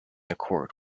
accord